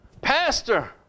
Pastor